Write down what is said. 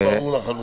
וזה ברור לחלוטין.